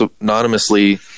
anonymously